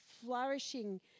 flourishing